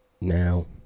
Now